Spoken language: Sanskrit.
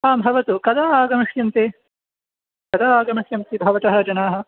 आं भवतु कदा आगमिष्यन्ति कदा आगमिष्यन्ति भवतः जनाः